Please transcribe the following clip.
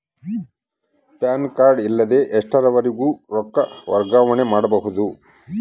PAN card ಇಲ್ಲದ ಎಷ್ಟರವರೆಗೂ ರೊಕ್ಕ ವರ್ಗಾವಣೆ ಮಾಡಬಹುದು?